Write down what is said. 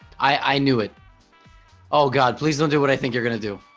i i knew it oh god please don't do what i think you're gonna do